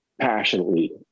passionately